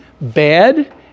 bad